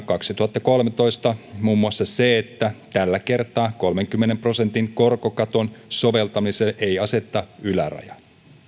kaksituhattakolmetoista on muun muassa se että tällä kertaa kolmenkymmenen prosentin korkokaton soveltamiseen ei aseteta ylärajaa